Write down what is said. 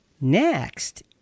Next